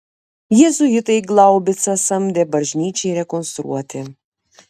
jėzuitai glaubicą samdė bažnyčiai rekonstruoti